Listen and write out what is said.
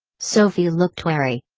sophie looked wary.